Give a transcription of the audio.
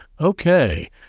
Okay